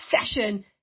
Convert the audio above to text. session